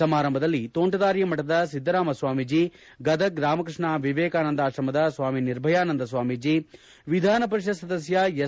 ಸಮಾರಂಭದಲ್ಲಿ ತೋಂಟದಾರ್ಯ ಮಠದ ಸಿದ್ದರಾಮ ಸ್ವಾಮೀಜಿ ಗದಗ ರಾಮಕೃಷ್ಣ ವಿವೇಕಾನಂದ ಆತ್ರಮದ ಸ್ವಾಮಿ ನಿರ್ಭಯಾನಂದ ಸ್ವಾಮೀಜಿ ವಿಧಾನ ಪರಿಷತ್ ಸದಸ್ಯ ಎಸ್